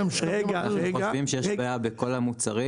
הם חושבים שיש בעיה בכל המוצרים.